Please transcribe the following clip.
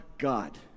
God